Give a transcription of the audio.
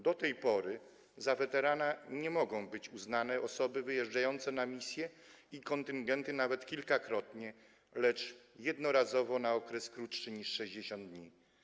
Do tej pory za weterana nie mogła być uznana osoba wyjeżdżająca na misje i w ramach kontyngentów nawet kilkakrotnie, lecz jednorazowo na okres krótszy niż 60 dni.